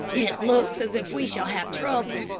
it looks as if we shall have trouble.